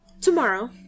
Tomorrow